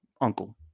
Uncle